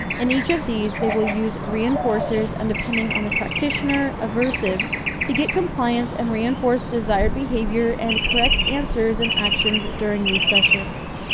in each of these, they will use reinforcers and, depending on the practitioner, aversives to get compliance and reinforce desired behavior and correct answers and actions during these sessions.